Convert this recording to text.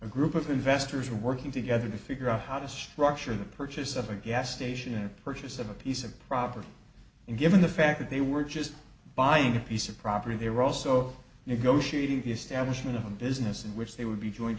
a group of investors are working together to figure out how to structure the purchase of a gas station a purchase of a piece of property and given the fact that they were just buying a piece of property they were also negotiating the establishment of a business in which they would be join